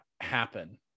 happen